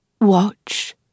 Watch